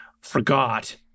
forgot